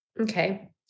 Okay